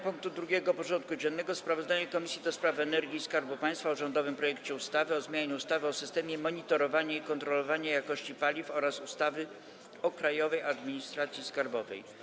Powracamy do rozpatrzenia punktu 2. porządku dziennego: Sprawozdanie Komisji do Spraw Energii i Skarbu Państwa o rządowym projekcie ustawy o zmianie ustawy o systemie monitorowania i kontrolowania jakości paliw oraz ustawy o Krajowej Administracji Skarbowej.